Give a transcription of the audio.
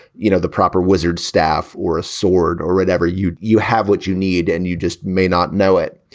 you know, the proper wizard staff or a sword or read ever, you you have what you need and you just may not know it.